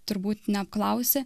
turbūt neapklausi